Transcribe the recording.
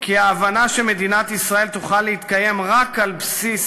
כי ההבנה שמדינת ישראל תוכל להתקיים רק על בסיס